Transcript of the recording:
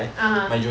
(uh huh)